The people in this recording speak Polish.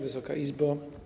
Wysoka Izbo!